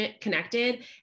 connected